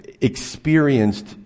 experienced